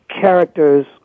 characters